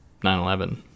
9-11